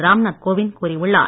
ராம்நாத் கோவிந்த் கூறியுள்ளார்